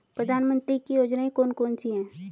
प्रधानमंत्री की योजनाएं कौन कौन सी हैं?